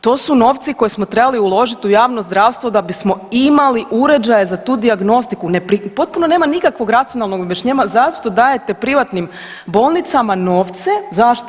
To su novci koje smo trebali uložiti u javno zdravstvo da bismo imali uređaje za tu dijagnostiku, ne .../nerazumljivo/... potpuno nema nikakvog racionalnog objašnjenja zašto dajete privatnim bolnicama novce, zašto?